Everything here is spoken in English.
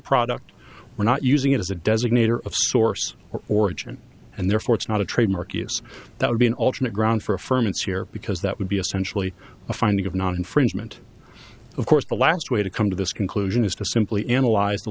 product we're not using it as a designator of source or origin and therefore it's not a trademark yes that would be an alternate ground for affirmative here because that would be essential a finding of not infringement of course the last way to come to this conclusion is to simply analyze the